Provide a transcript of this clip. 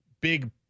big